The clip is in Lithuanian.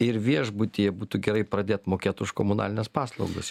ir viešbutyje būtų gerai pradėt mokėt už komunalines paslaugas